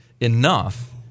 enough